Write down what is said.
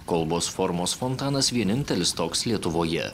kolbos formos fontanas vienintelis toks lietuvoje